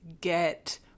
get